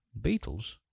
Beatles